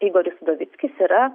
igoris udovickis yra